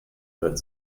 brett